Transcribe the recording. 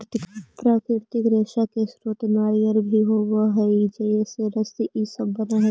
प्राकृतिक रेशा के स्रोत नारियल भी हई जेसे रस्सी इ सब बनऽ हई